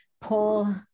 pull